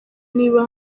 niba